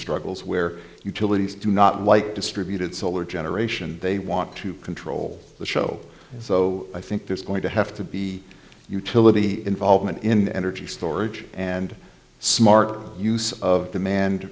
struggles where utilities do not like distributed solar generation they want to control the show so i think there's going to have to be utility involvement in energy storage and smart use of demand